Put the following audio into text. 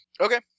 Okay